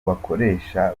bakoresha